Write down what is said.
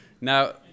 now